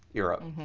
europe.